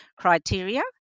criteria